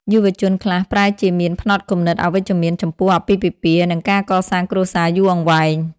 យុវជនខ្លះប្រែជាមានផ្នត់គំនិតអវិជ្ជមានចំពោះអាពាហ៍ពិពាហ៍ និងការកសាងគ្រួសារយូរអង្វែង។